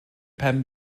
pen